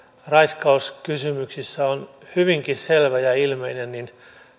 raiskauskysymyksissä on hyvinkin selvä ja ilmeinen niin